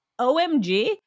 OMG